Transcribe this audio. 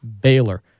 Baylor